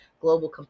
global